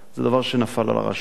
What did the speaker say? זה דבר שנפל על הרשויות,